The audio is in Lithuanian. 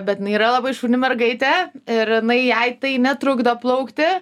bet jinai yra labai šauni mergaitė ir jinai jai tai netrukdo plaukti